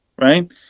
right